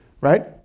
right